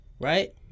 Right